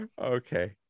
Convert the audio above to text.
okay